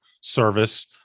service